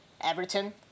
Everton